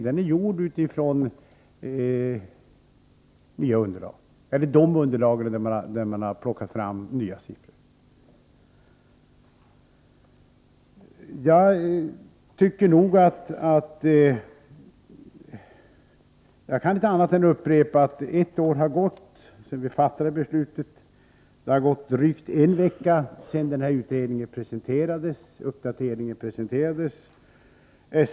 Den är gjord med de nya siffrorna som underlag. Jag kan inte annat än upprepa att ett år har gått sedan vi fattade beslutet. Det har gått drygt en vecka sedan uppdateringsutredningen presenterades.